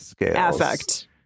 Affect